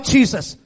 Jesus